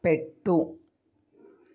పెట్టు